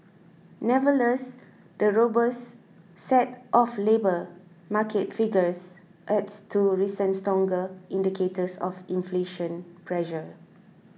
nevertheless the robust set of labour market figures adds to recent stronger indicators of inflation pressure